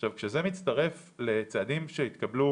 עכשיו, כשזה מצטרף לצעדים שהתקבלו